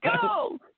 go